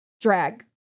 drag